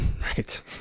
right